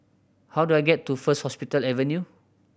how do I get to First Hospital Avenue